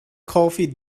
coffee